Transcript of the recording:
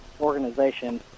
organization